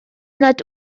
nad